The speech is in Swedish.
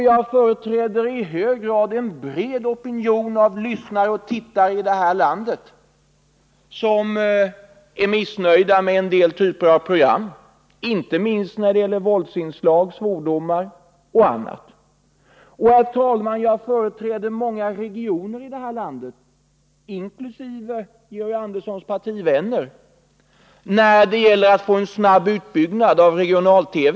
Jag företräder i hög grad en bred opinion av lyssnare och tittare i det här landet som är missnöjda med en del typer av program — inte minst när det gäller våldsinslag, svordomar och annat. Och, herr talman, jag företräder många regioner i det här landet, och även Georg Anderssons partivänner, när det gäller önskemålet att få en snabb utbyggnad av regional-TV.